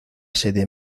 sede